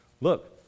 Look